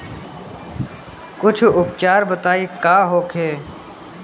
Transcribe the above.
कुछ उपचार बताई का होखे?